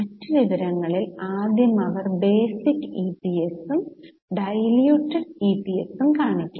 മറ്റ് വിവരങ്ങളിൽ ആദ്യം അവർ ബേസിക് ഇപിഎസും ഡൈല്യൂറ്റഡ് ഇപിഎസും കാണിക്കണം